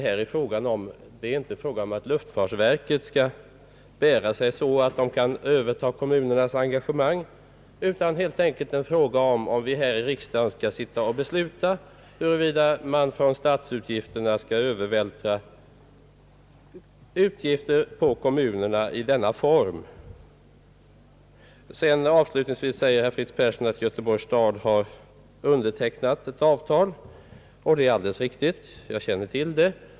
Här gäller det inte att luftfartsverket skall bära sig så att det kan överta kommunernas engagemang, utan frågan gäller helt enkelt om vi här i riksdagen bör besluta att man från statsutgifterna skall övervältra utgifter på kommunerna i denna form. Avslutningsvis säger herr Fritz Persson att Göteborgs stad har undertecknat ett avtal. Detta är alldeles riktigt, jag känner till det.